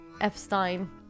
epstein